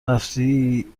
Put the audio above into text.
رفتی